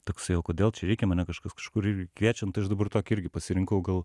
toksai o kodėl čia reikia mane kažkas kažkur irgi kviečia nu tai aš dabar tokį irgi pasirinkau gal